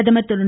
பிரதமர் திரு